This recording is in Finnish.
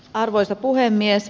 arvoisa puhemies